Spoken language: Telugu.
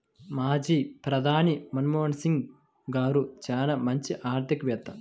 మాజీ ప్రధాని మన్మోహన్ సింగ్ గారు చాలా మంచి ఆర్థికవేత్త